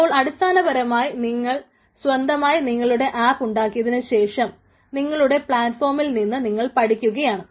അപ്പോൾ അടിസ്ഥാനപരമായി നിങ്ങൾ സ്വന്തമായി നിങ്ങളുടെ ആപ്പ് ഉണ്ടാക്കിയതിന് ശേഷം നിങ്ങളുടെ പ്ലാറ്റ്ഫോമിൽ നിന്ന് നിങ്ങൾ പഠിക്കുകയാണ്